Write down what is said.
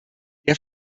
der